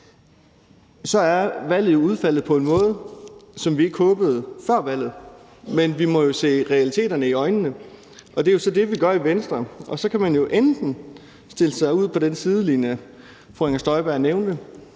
Så er valget jo faldet ud på en måde, som vi ikke håbede før valget, men vi må se realiteterne i øjnene, og det er så det, vi gør i Venstre. Og så kan man jo enten stille sig ud på den sidelinje, fru Inger Støjberg nævnte,